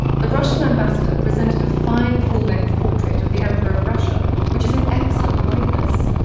the russian ambassador presented a fine full length portrait of the emperor of russia, which is an excellent likeness.